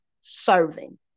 serving